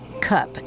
cup